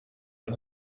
wel